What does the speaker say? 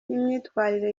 n’imyitwarire